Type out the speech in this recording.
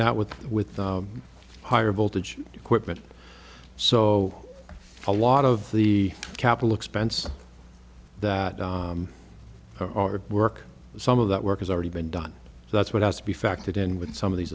that with with higher voltage equipment so a lot of the capital expense that our work some of that work has already been done so that's what has to be factored in with some of these